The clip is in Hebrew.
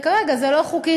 וכרגע זה לא חוקי.